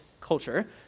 culture